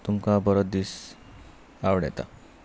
तुमकां बरो दीस आंवडेतां